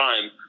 time